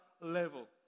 level